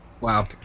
Wow